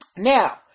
Now